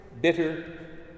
bitter